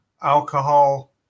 alcohol